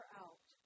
out